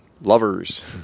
Lovers